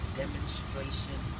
demonstration